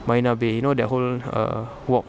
marina bay you know that whole err walk